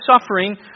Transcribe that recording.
suffering